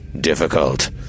difficult